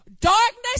Darkness